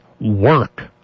work